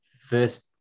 First